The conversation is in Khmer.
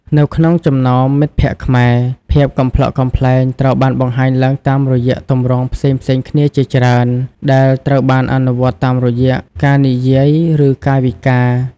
នៅក្នុងចំណោមមិត្តភក្តិខ្មែរ ភាពកំប្លុកកំប្លែងត្រូវបានបង្ហាញឡើងតាមរយៈទម្រង់ផ្សេងៗគ្នាជាច្រើន ដែលត្រូវបានអនុវត្តតាមរយៈការនិយាយឬកាយវិការ។